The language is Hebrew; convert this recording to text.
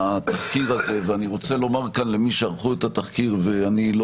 התחקיר הזה ואני רוצה לומר כאן למי שערכו את התחקיר,